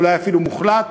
אולי אפילו מוחלט.